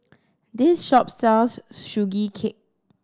this shop sells Sugee Cake